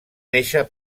néixer